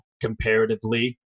comparatively